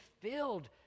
filled